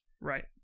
Right